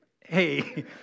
Hey